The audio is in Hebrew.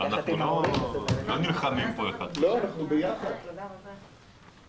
לא רואה דרך אחרת.